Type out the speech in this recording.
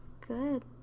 Good